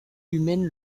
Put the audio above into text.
humaine